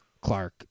Clark